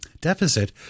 deficit